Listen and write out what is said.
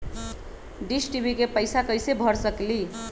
Dish TV के पैईसा कईसे भर सकली?